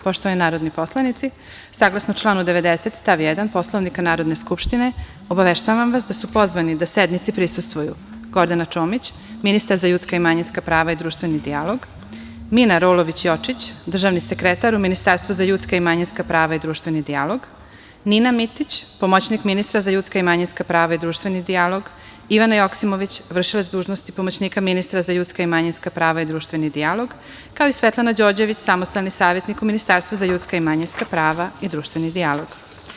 Poštovani narodni poslanici, saglasno članu 90. stav 1. Poslovnika Narodne skupštine obaveštavam vas da su pozvani da sednici prisustvuju: Gordana Čomić, ministar za ljudska i manjinska prava i društveni dijalog; Mina Rolović Jočić, državni sekretar Ministarstva za ljudska i manjinska prava i društveni dijalog; Nina Matić, pomoćnik ministra za ljudska i manjinska prava i društveni dijalog; Ivana Joksimović, vršilac dužnosti pomoćnika ministra za ljudska i manjinska prava i društveni dijalog i Svetlana Đorđević, samostalni savetnik u Ministarstvu za ljudska i manjinska prava i društveni dijalog.